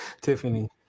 Tiffany